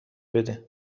بده